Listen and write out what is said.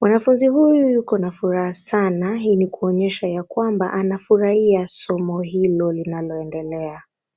Mwanafunzi huyu yuko na furaha sana hii ni kuonyesha ya kwamba anafurahia somo hilo linaloendelea.